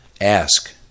Ask